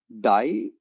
die